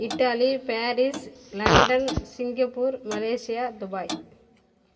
Italy Paris London Singapore Malaysia Dubai